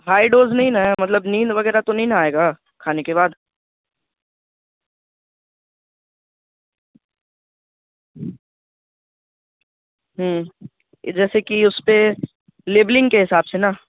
high dose نہیں نہ ہے مطلب نیند وغیرہ تو نہیں نہ آئے گا کھانے کے بعد جیسے کہ اس پہ لیبلنگ کے حساب سے نا